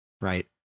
Right